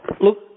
Look